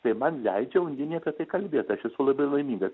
tai man leidžia undinė apie tai kalbėt aš esu labai laimingas